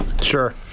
Sure